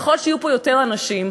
ככל שיהיו פה יותר אנשים,